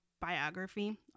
biography